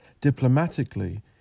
Diplomatically